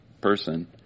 person